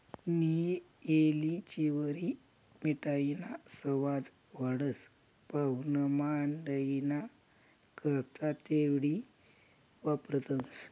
नियी येलचीवरी मिठाईना सवाद वाढस, पाव्हणामंडईना करता तेवढी वापरतंस